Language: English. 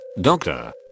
Doctor